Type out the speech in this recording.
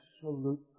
absolute